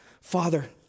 Father